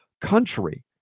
country